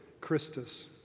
Christus